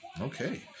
okay